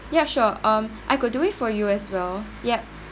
ya sure um I could do it for you as well yup